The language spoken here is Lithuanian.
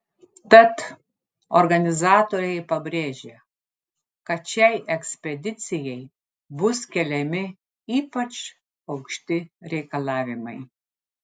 tad organizatoriai pabrėžia kad šiai ekspedicijai bus keliami ypač aukšti reikalavimai